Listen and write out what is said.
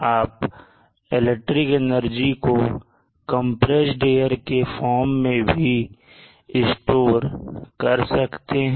आप electric energy को compressed air के फार्म में भी स्टोर कर सकते हैं